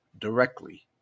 directly